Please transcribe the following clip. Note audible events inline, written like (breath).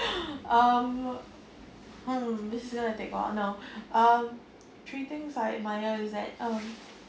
um I don't know this is going to take awhile now (breath) um three things I admire is that um